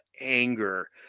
anger